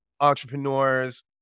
entrepreneurs